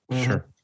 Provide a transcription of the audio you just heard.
Sure